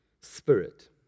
Spirit